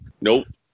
Nope